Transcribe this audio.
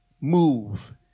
move